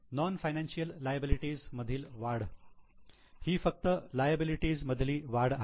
non financial liability मधील वाढ ही फक्त लायबिलिटी मधली वाढ आहे